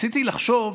ניסיתי לחשוב,